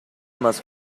más